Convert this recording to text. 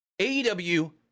AEW